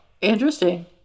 interesting